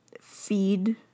feed